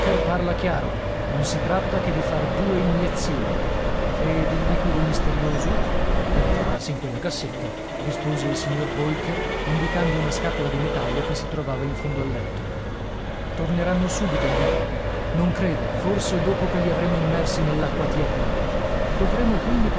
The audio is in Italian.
parla chiaro non si tratta che di far due iniezioni ed il liquido misterioso deve trovarsi in quella cassetta rispose il signor holker indicando una scatola di metallo che si trovava in fondo al letto torneranno subito in vita non credo forse dopo che li avremo immersi nell'acqua tiepida dovremo quindi